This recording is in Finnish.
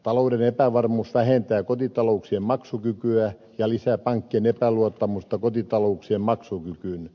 talouden epävarmuus vähentää kotitalouksien maksukykyä ja lisää pankkien epäluottamusta kotitalouksien maksukykyyn